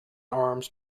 arms